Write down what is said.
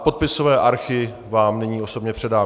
Podpisové archy vám nyní osobně předám.